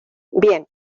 bien